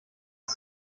ist